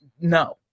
No